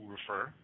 refer